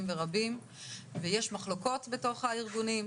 זאת הייתה רפורמה